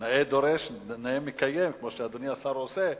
נאה דורש נאה מקיים, כמו שאדוני השר עושה.